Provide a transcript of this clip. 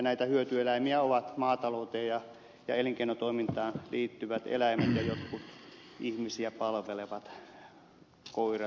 näitä hyötyeläimiä ovat maatalouteen ja elinkeinotoimintaan liittyvät eläimet ja jotkut ihmisiä palvelevat eläimet muun muassa koirat